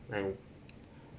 and